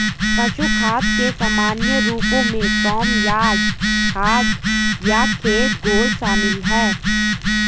पशु खाद के सामान्य रूपों में फार्म यार्ड खाद या खेत घोल शामिल हैं